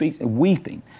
weeping